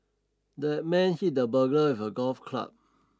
the man hit the burglar with a golf club